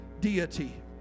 deity